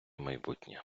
майбутнє